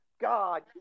God